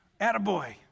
Attaboy